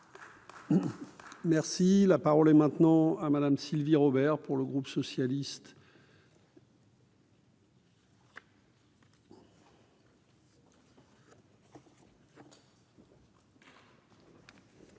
Merci. Parole maintenant à Madame Sylvie Robert pour le groupe socialiste.